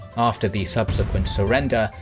after the subsequent surrender,